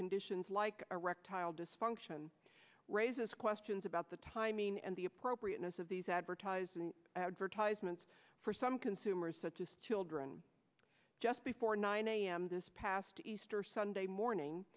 conditions like a reptile dysfunction raises questions about the timing and the appropriateness of these advertising advertisements for some consumers to children just before nine am this past easter sunday morning